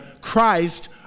Christ